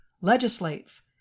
legislates